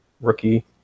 rookie